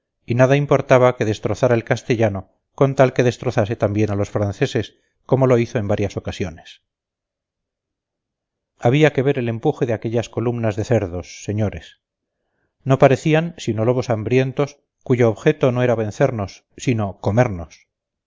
y nada importaba que destrozara el castellano con tal que destrozase también a los franceses como lo hizo en varias ocasiones había que ver el empuje de aquellas columnas de cerdos señores no parecían sino lobos hambrientos cuyo objeto no era vencernos sino comernos